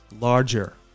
larger